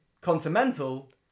Continental